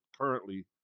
currently